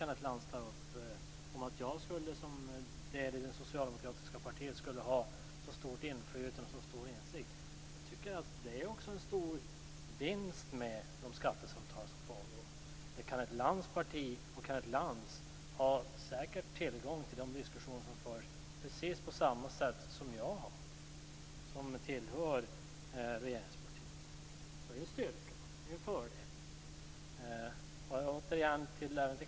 Kenneth Lantz säger att jag som ingående i det socialdemokratiska partiet skulle ha så stort inflytande och stor insikt. Det är en stor vinst med de skattesamtal som pågår. Kenneth Lantz och hans parti har säkert tillgång till de diskussioner som förs precis på samma sätt som jag har som tillhör regeringspartiet. Det är en styrka och en fördel.